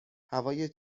هوای